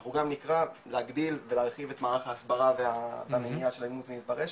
אנחנו גם נקרא להגדיל ולהגדיר את מערך ההסברה והמניעה של אלימות ברשת,